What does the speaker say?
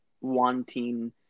wanting